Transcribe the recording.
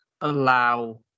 allow